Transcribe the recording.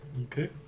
Okay